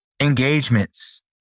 engagements